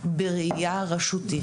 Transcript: בראייה רשותית,